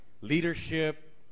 leadership